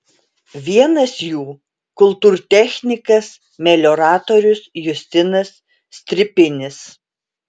vienas jų kultūrtechnikas melioratorius justinas stripinis